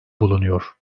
bulunuyor